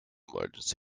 emergency